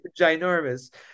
ginormous